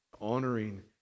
honoring